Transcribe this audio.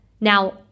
Now